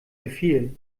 befehl